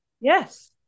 Yes